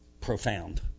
profound